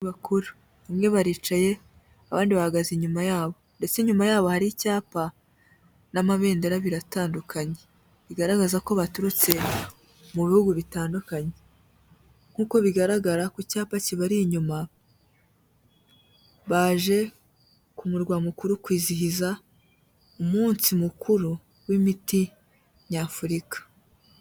Abakuru, bamwe baricaye abandi bahagaze inyuma yabo ndetse inyuma yabo hari icyapa n'amabendera biratandukanye, bigaragaza ko baturutse mu bihugu bitandukanye, nkuko bigaragara ku cyapa kibari inyuma, baje ku murwa mukuru kwizihiza umunsi mukuru w'imiti nyafurika.